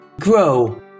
Grow